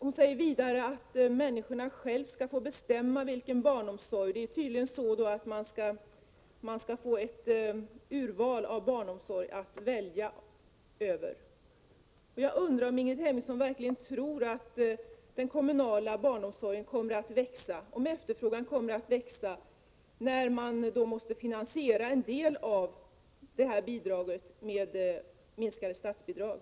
Hon säger vidare att människorna själva skall få bestämma vilken barnomsorg de vill ha. Det är tydligen så att man skall få ett urval av barnomsorg att välja bland. Jag undrar om Ingrid Hemmingsson verkligen tror att efterfrågan kommer att växa när man måste finansiera en del av detta bidrag med minskade statsbidrag.